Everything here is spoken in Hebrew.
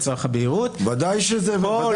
ודאי שיש הגנה.